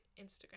Instagram